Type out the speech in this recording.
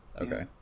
okay